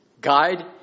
guide